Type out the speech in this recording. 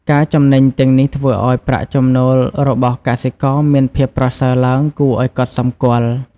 ការចំណេញទាំងនេះ ធ្វើឱ្យប្រាក់ចំណូលរបស់កសិករមានភាពប្រសើរឡើងគួរឱ្យកត់សម្គាល់។